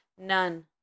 none